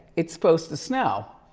it's supposed to snow.